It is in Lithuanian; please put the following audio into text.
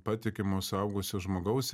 patikimo suaugusio žmogaus